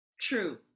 True